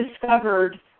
discovered